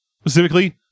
Specifically